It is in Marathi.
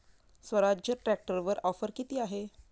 स्वराज्य ट्रॅक्टरवर ऑफर किती आहे?